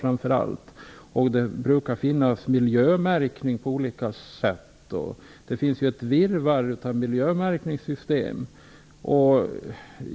Det brukar finnas olika slags miljömärkning - det finns ju ett virrvarr av miljömärkningssystem.